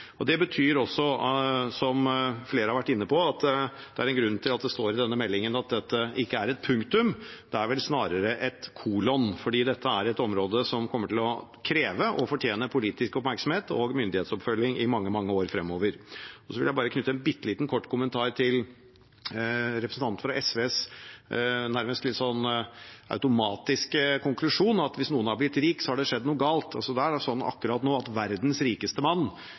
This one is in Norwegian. Det betyr også, som flere har vært inne på, at det er en grunn til at det står i denne meldingen at dette ikke er et punktum. Det er vel snarere et kolon, for dette er et område som kommer til å kreve og fortjener politisk oppmerksomhet og myndighetsoppfølging i mange, mange år fremover. Så vil jeg bare knytte en kort kommentar til representanten fra SVs nærmest automatiske konklusjon om at hvis noen har blitt rike, har det skjedd noe galt. Det er sånn akkurat nå at verdens rikeste mann